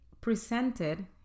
presented